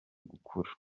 gukura